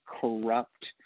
corrupt